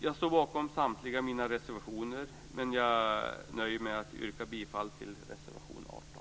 Jag står bakom samtliga mina reservationer, men jag nöjer mig med att yrka bifall till reservation 18.